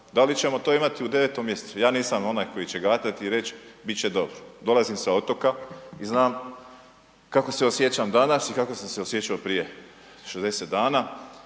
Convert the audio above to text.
Da li ćemo to imati u 9. mj., ja nisam onaj koji će gatati i reći bit će dobro. Dolazim sa otoka i znam kako se osjećam danas i kako sam se osjećao prije 60 dana